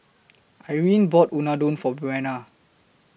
Irine bought Unadon For Buena